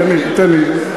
תן לי.